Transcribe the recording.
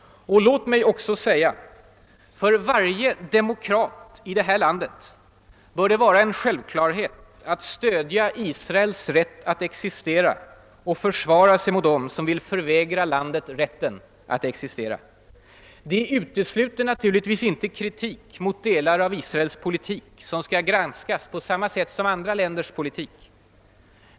Låt mig också säga att det för varje demokrat i det här landet bör vara en självklarhet att stödja Israels rätt att existera och försvara sig mot dem som vill förvägra det rätten att existera. Det utesluter naturligtvis inte kritik mot delar av Israels politik, som skall granskas på samma sätt som andra länders politik.